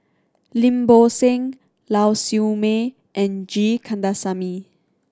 Lim Bo Seng Lau Siew Mei and G Kandasamy